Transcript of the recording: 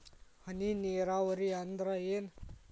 ಹನಿ ನೇರಾವರಿ ಅಂದ್ರ ಏನ್?